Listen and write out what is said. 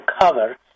cover